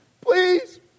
please